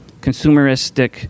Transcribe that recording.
consumeristic